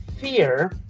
fear